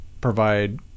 provide